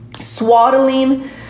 swaddling